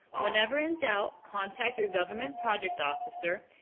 whenever in doubt, contact your government project officer,